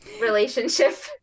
relationship